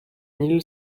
mille